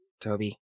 Toby